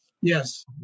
Yes